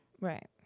Right